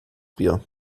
bier